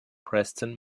preston